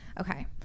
Okay